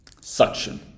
suction